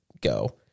go